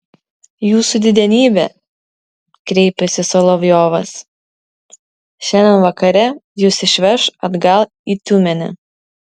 jūsų didenybe kreipėsi solovjovas šiandien vakare jus išveš atgal į tiumenę